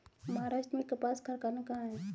महाराष्ट्र में कपास कारख़ाना कहाँ है?